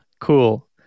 cool